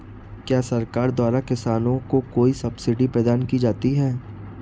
क्या सरकार द्वारा किसानों को कोई सब्सिडी प्रदान की जाती है?